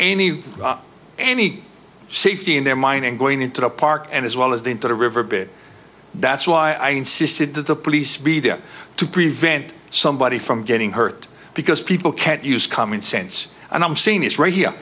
any any safety in their mine and going into the park and as well as into the river bed that's why i insisted that the police be there to prevent somebody from getting hurt because people can't use common sense and i'm seeing this right here